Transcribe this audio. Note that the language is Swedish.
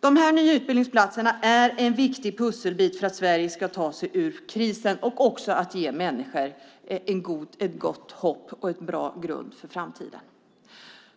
Dessa nya utbildningsplatser är en viktig pusselbit för att Sverige ska ta sig ur krisen och också för att ge människor ett gott hopp och en bra grund för framtiden.